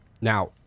Now